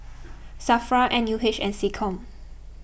Safra N U H and SecCom